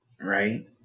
right